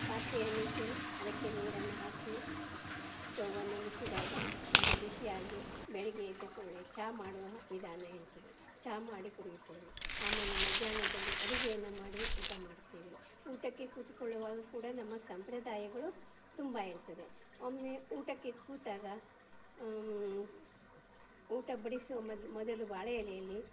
ಪಾತ್ರೆಯನ್ನಿಟ್ಟು ಅದಕ್ಕೆ ನೀರನ್ನು ಹಾಕಿ ಸ್ಟೌವನ್ನು ಉರಿಸಿದಾಗ ಅದು ಬಿಸಿಯಾಗಿ ಬೆಳಗ್ಗೆ ಎದ್ದ ಕೂಡಲೇ ಚಾ ಮಾಡುವ ವಿಧಾನ ಇರ್ತದೆ ಚಾ ಮಾಡಿ ಕುಡಿಯುತ್ತೇವೆ ಆಮೇಲೆ ಮಧ್ಯಾಹ್ನದಲ್ಲಿ ಅಡುಗೆಯನ್ನು ಮಾಡಿ ಊಟ ಮಾಡ್ತೇವೆ ಊಟಕ್ಕೆ ಕೂತ್ಕೊಳ್ಳುವಾಗ ಕೂಡ ನಮ್ಮ ಸಂಪ್ರದಾಯಗಳು ತುಂಬ ಇರ್ತದೆ ಒಮ್ಮೆ ಊಟಕ್ಕೆ ಕೂತಾಗ ಊಟ ಬಡಿಸುವ ಮೊದ್ಲು ಮೊದಲು ಬಾಳೆ ಎಲೆಯಲ್ಲಿ